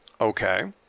Okay